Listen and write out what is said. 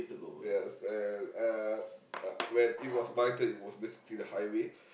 yes and uh uh when it was my turn it was basically the highway